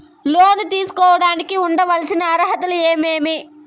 లోను తీసుకోడానికి ఉండాల్సిన అర్హతలు ఏమేమి?